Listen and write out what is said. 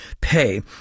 pay